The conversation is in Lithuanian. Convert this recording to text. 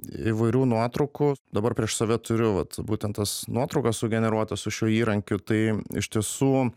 įvairių nuotraukų dabar prieš save turiu vat būtent tas nuotraukas sugeneruotas su šiuo įrankiu tai iš tiesų